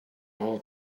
all